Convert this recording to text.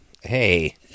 Hey